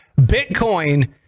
Bitcoin